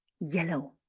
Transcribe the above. yellow